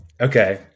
Okay